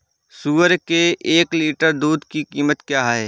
सुअर के एक लीटर दूध की कीमत क्या है?